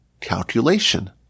calculation